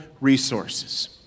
resources